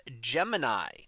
Gemini